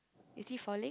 is he falling